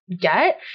get